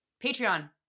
Patreon